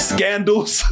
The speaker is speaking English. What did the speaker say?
Scandals